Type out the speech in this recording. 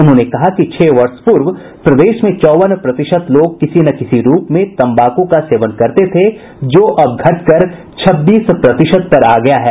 उन्होंने कहा कि छह वर्ष पूर्व प्रदेश में चौवन प्रतिशत लोग किसी न किसी रूप में तम्बाकू का सेवन करते थे जो अब घट कर छब्बीस प्रतिशत पर आ गया है